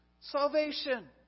Salvation